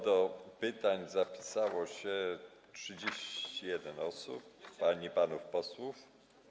Do pytań zapisało się 31 osób, pań i panów posłów.